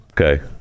okay